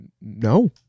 No